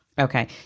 Okay